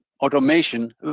automation